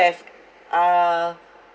uh